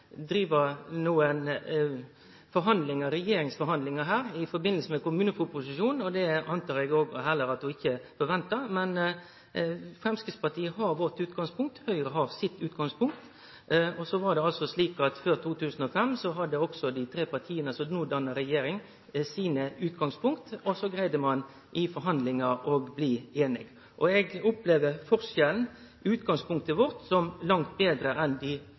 Men no veit òg representanten Magnusson at vi ikkje kan drive regjeringsforhandlingar her i samband med kommuneproposisjonen. Det trur eg heller ikkje ho ventar. Men Framstegspartiet har sitt utgangspunkt, Høgre har sitt utgangspunkt, og før 2005 hadde også dei tre partia som no dannar regjering, sine utgangspunkt, og så greidde ein i forhandlingar å bli einige. Eg opplever forskjellen, eller utgangspunktet vårt, som langt betre enn det var for dei